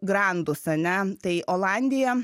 grandus ane tai olandija